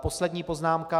Poslední poznámka.